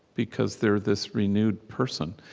because they're this renewed person.